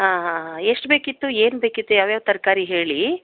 ಹಾಂ ಹಾಂ ಹಾಂ ಎಷ್ಟು ಬೇಕಿತ್ತು ಏನು ಬೇಕಿತ್ತು ಯಾವ ಯಾವ ತರಕಾರಿ ಹೇಳಿ